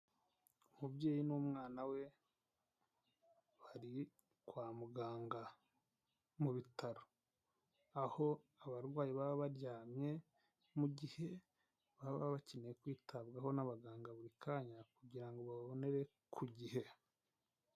Umubyeyi n'umwana we, bari kwa muganga mu bitaro, aho abarwayi baba baryamye, mu gihe baba bakeneye kwitabwaho n'abaganga buri kanya, kugira ngo babonere ku gihe.